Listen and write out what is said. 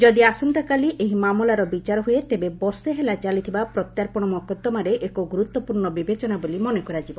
ଯଦି ଆସନ୍ତାକାଲି ଏହି ମାମଲାର ବିଚାର ହୁଏ ତେବେ ବର୍ଷେ ହେଲା ଚାଲିଥିବା ପ୍ରତ୍ୟାର୍ପଣ ମକଦ୍ଦମାରେ ଏକ ଗୁରୁତ୍ୱପୂର୍ଣ୍ଣ ବିବେଚନା ବୋଲି ମନେ କରାଯିବ